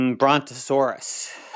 Brontosaurus